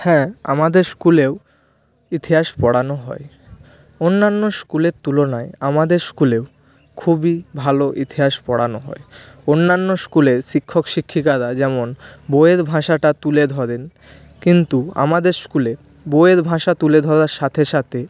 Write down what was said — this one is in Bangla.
হ্যাঁ আমাদের স্কুলেও ইতিহাস পড়ানো হয় অন্যান্য স্কুলের তুলনায় আমাদের স্কুলেও খুবই ভালো ইতিহাস পড়ানো হয় অন্যান্য স্কুলের শিক্ষক শিক্ষিকারা যেমন বইয়ের ভাষাটা তুলে ধরেন কিন্তু আমাদের স্কুলে বইয়ের ভাষা তুলে ধরার সাথে সাথে